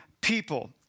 people